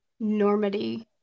normity